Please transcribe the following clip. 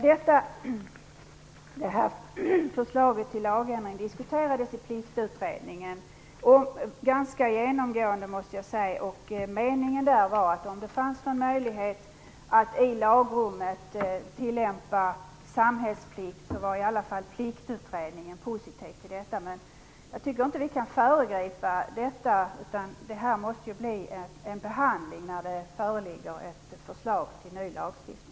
Herr talman! Förslaget till lagändring diskuterades ganska genomgående i Pliktutredningen. Åsikten där var att om det fanns någon möjlighet att i lagrummet använda sig av samhällsplikt var i alla fall Pliktutredningen positiv till detta. Men jag tycker inte att vi kan föregripa detta. Det måste bli en behandling när det föreligger ett förslag till ny lagstiftning.